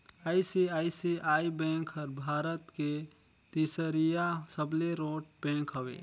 ICICI bank हर भारत के तीसरईया सबले रोट बेंक हवे